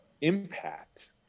Impact